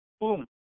boom